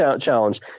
challenge